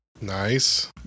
Nice